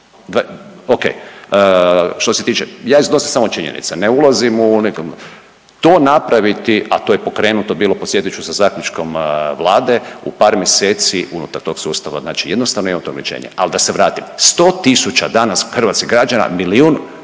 O.k. što se tiče, ja iznosim samo činjenice, ne ulazim u … /Govornik se ne razumije./… To napraviti, a to je pokrenuto bilo podsjetit ću sa zaključkom Vlade u par mjeseci unutar tog sustava. Znači jednostavno imam to viđenje, ali da se vratim. Sto tisuća danas hrvatskih građana milijun